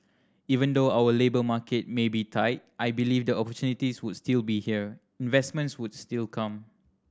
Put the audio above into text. even though our labour market may be tight I believe the opportunities would still be here investments would still come